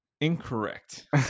incorrect